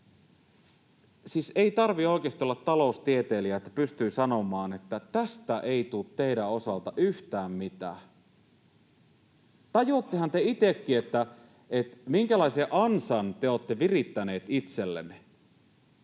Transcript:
ei tarvitse oikeasti olla taloustieteilijä, että pystyy sanomaan, että tästä ei tule teidän osaltanne yhtään mitään. Tajuattehan te itsekin, minkälaisen ansan te olette virittäneet itsellenne.